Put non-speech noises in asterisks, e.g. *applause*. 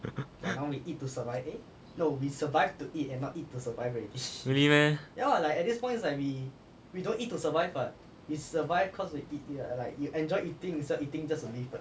*laughs* really meh